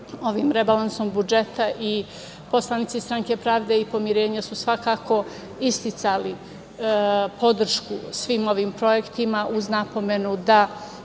rebalansom budžeta i poslanici Stranke pravde i pomirenja su svakako isticali podršku svim ovim projektima uz napomenu da